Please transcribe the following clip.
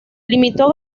limitó